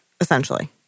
essentially